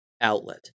outlet